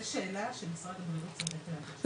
היא שאלה שמשרד הבריאות צריך לתת עליה את התשובה,